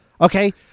Okay